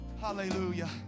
Hallelujah